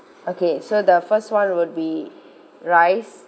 okay so the first one would be rice